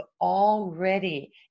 already